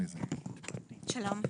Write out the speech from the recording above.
שלום.